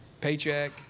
paycheck